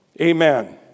Amen